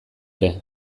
ere